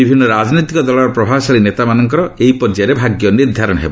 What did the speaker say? ବିଭିନ୍ନ ରାଜନୈତିକ ଦଳର ପ୍ରଭାବଶାଳୀ ନେତାମାନଙ୍କର ଏହି ପର୍ଯ୍ୟାୟରେ ଭାଗ୍ୟ ନିର୍ଦ୍ଧାରଣ ହେବ